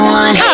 one